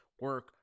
Work